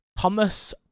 Thomas